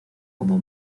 como